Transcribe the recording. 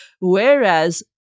Whereas